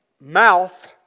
mouth